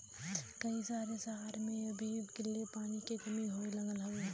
कई सारे सहर में अभी ले पानी के कमी होए लगल हौ